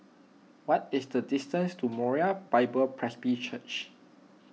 what is the distance to Moriah Bible Presby Church